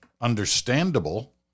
understandable